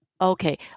Okay